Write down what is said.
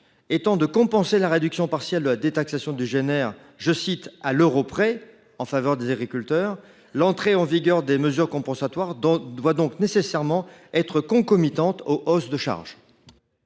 étant de compenser la réduction partielle de la détaxation du GNR « à l’euro près » en faveur des agriculteurs, l’entrée en vigueur des mesures compensatoires doit nécessairement être concomitante aux hausses de charges.